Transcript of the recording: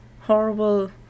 horrible